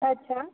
अच्छा